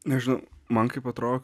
nežinau man kaip atrodo